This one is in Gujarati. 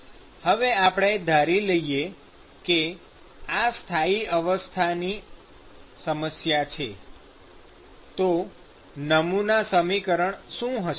હવે આપણે ધારી લઈએ કે આ સ્થાયી અવસ્થા ની સમસ્યા છે તો નમૂના સમીકરણ શું થશે